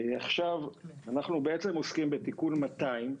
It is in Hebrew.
עכשיו, אנחנו בעצם עוסקים בתיקון 200,